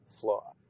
flaw